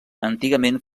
antigament